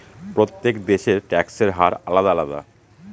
প্রত্যেক দেশের ট্যাক্সের হার আলাদা আলাদা